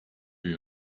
you